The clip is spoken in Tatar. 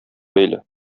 бәйле